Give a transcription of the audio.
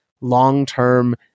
long-term